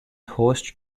host